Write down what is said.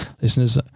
listeners